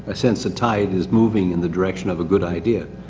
ah sense the tide is moving in the direction of a good idea.